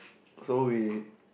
so we